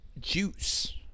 juice